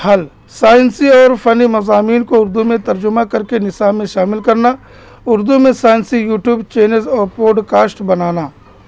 حل سائنسی اور فنی مضامین کو اردو میں ترجمہ کر کے نصاب میں شامل کرنا اردو میں سائنسی یوٹیوب چینلز اور پوڈکاسٹ بنانا